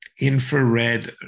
infrared